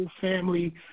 family